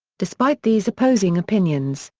despite these opposing opinions,